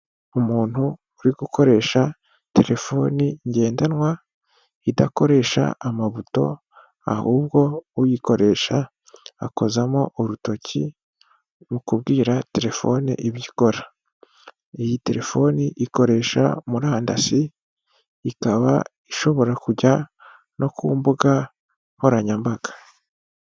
Umuntu uri gukoresha telefoni ngendanwa idakoresha amabuto ahubwo uyikoresha akozamo urutoki mu kubwira telefone ibyo ikora, iyi telefoni ikoresha murandasi ikaba ishobora kujya no ku mbuga nkoranyambaga.